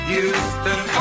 Houston